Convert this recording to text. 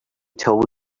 told